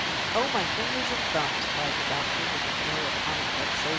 oh, my fingers and thumbs! cried the doctor, with an air of comic vexation,